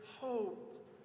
hope